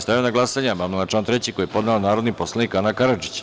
Stavljam na glasanje amandman na član 3. koji je podnela narodni poslanik Ana Karadžić.